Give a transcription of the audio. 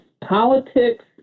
politics